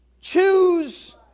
Choose